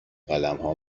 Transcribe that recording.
قلمها